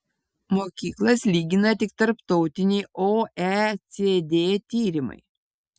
mokyklas lygina tik tarptautiniai oecd tyrimai